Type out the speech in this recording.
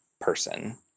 person